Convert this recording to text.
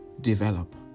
develop